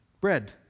Bread